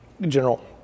general